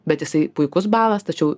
bet jisai puikus balas tačiau